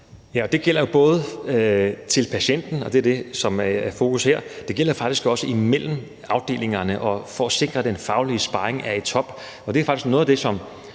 i forhold til patienten, som er det, som er i fokus her, og det gælder faktisk også imellem afdelingerne og for at sikre, at den faglige sparring er i top, og det er faktisk noget af det, som